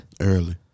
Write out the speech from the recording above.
Early